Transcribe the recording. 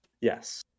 Yes